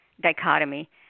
dichotomy